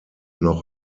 noch